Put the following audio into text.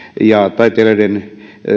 ja taitelijoiden